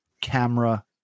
Camera